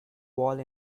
walls